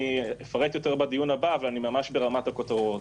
אפרט יותר בדיון הבא אבל כעת אדבר ממש ברמת הכותרות.